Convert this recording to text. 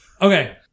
Okay